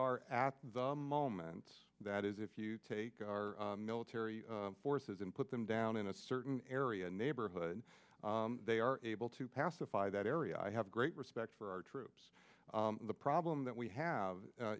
are at the moment that is if you take our military forces and put them down in a certain area neighborhood and they are able to pacify that area i have great respect for our troops the problem that we have